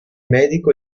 medico